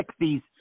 60s